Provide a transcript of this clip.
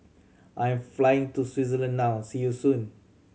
I'm flying to Switzerland now see you soon